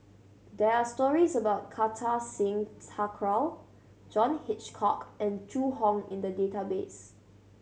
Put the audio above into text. does stories about Kartar Singh Thakral John Hitchcock and Zhu Hong in the database